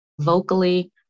vocally